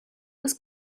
was